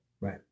right